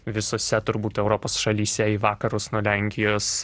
visose turbūt europos šalyse į vakarus nuo lenkijos